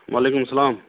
وعلیکُم سلام